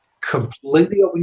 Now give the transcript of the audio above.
Completely